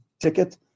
ticket